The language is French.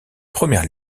première